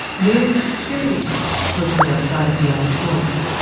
there is a security guard posted outside of the auditorium.